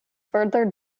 further